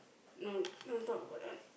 no don't talk about that